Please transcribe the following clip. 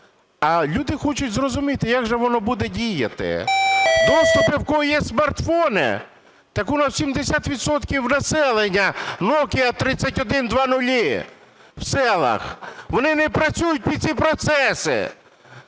А люди хочуть зрозуміти, як же воно буде діяти. Доступ, у кого є смартфони. Так у нас 70 відсотків населення Nokia 3100, в селах, вони не працюють під ці процеси.